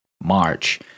march